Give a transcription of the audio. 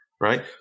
Right